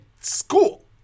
school